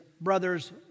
brother's